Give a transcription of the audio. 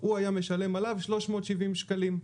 הוא היה משלם עליו 370 שקלים.